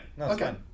Okay